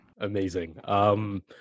Amazing